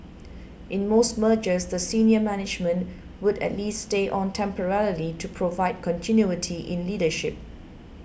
in most mergers the senior management would at least stay on temporarily to provide continuity in leadership